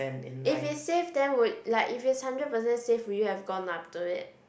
if it's safe then would like if it's hundred percent safe would you have gone up to it